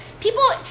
People